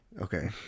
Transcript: Okay